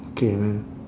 K man